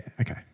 Okay